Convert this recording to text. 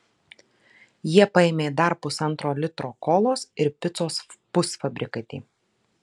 jie paėmė dar pusantro litro kolos ir picos pusfabrikatį